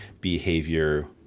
behavior